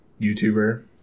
YouTuber